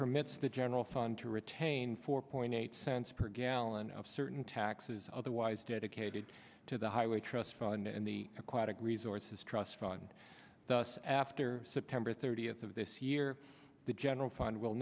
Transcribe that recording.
permits the general fund to retain four point eight cents per gallon of certain taxes otherwise dedicated to the highway trust fund and the aquatic resources trust fund thus after september thirtieth of this year the general fund will